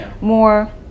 more